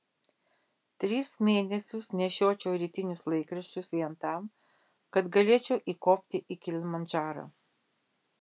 tris mėnesius nešiočiau rytinius laikraščius vien tam kad galėčiau įkopti į kilimandžarą